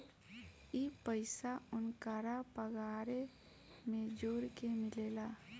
ई पइसा ओन्करा पगारे मे जोड़ के मिलेला